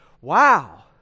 Wow